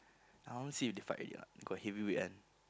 I want see if they fight already or not got heavyweight one